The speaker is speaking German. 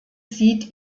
sieht